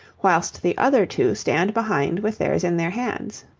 whilst the other two stand behind with theirs in their hands.